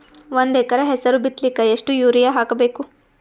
ಒಂದ್ ಎಕರ ಹೆಸರು ಬಿತ್ತಲಿಕ ಎಷ್ಟು ಯೂರಿಯ ಹಾಕಬೇಕು?